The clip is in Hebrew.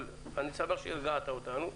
אבל אני שמח שהרגעת אותנו.